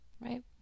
right